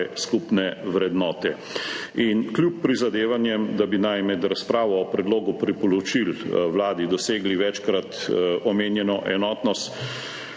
skupne vrednote. Kljub prizadevanjem, da naj bi med razpravo o predlogu priporočil Vladi dosegli večkrat omenjeno enotnost,